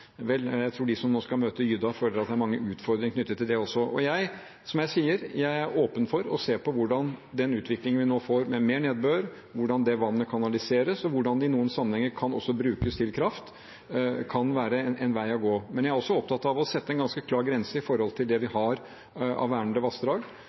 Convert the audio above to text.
Vel, jeg tror at de som skal møte Gyda, føler at det er mange utfordringer knyttet til det også. Og som jeg sier, jeg er åpen for å se på den utviklingen vi nå får med mer nedbør, og hvordan det vannet kanaliseres, og på hvordan det i noen sammenhenger også kan brukes til kraft, om det kan være en vei å gå. Jeg er også opptatt av å sette en ganske klar grense opp mot det vi